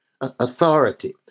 authority